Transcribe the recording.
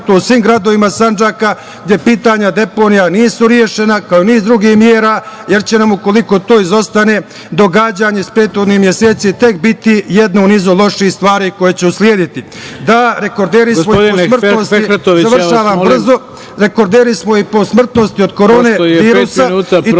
svim gradovima Sandžaka gde pitanja deponija nisu rešena, kao i niz drugih mera, jer će nam, ukoliko to izostane, događanja iz prethodnih meseci biti tek jedno u nizu loših stvari koje će uslediti. Da, rekorderi smo i po smrtnosti, rekorderi